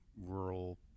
rural